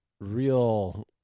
real